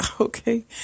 Okay